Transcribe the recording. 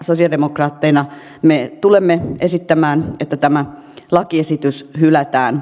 sosialidemokraatteina me tulemme esittämään että tämä lakiesitys hylätään